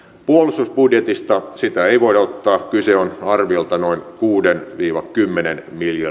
puolustusbudjetista sitä ei voi ottaa kyse on arviolta noin kuuden viiva kymmenen